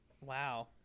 Wow